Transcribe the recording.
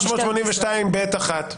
382ב(1).